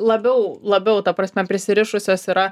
labiau labiau ta prasme prisirišusios yra